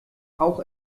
auch